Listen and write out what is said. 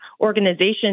organization